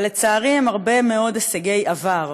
אבל לצערי הם הרבה מאוד הישגי עבר.